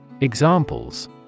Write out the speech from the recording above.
Examples